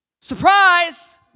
Surprise